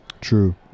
True